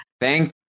thank